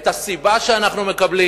את הסיבה שאנחנו מקבלים,